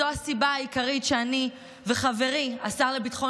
וזו הסיבה העיקרית שאני וחברי השר לביטחון